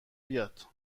بیاد